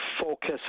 focus